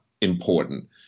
important